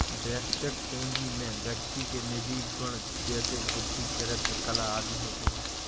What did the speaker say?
वैयक्तिक पूंजी में व्यक्ति के निजी गुण जैसे बुद्धि, चरित्र, कला आदि होते हैं